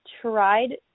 tried